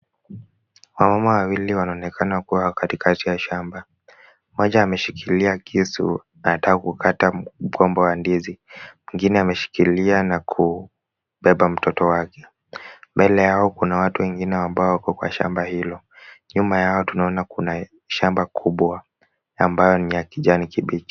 Wamama wawili wanaonekana kuwa katikati ya shamba. Moja ameshikilia kisu na atakukata mkombwa ndizi. Mwingine ameshikilia na kubeba mtoto wake. Mbele yao kuna watu wengine ambao wako kwa shamba hilo. Nyuma yao tunaona kuna shamba kubwa. Ambayo ni ya kijani kibichi.